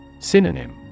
Synonym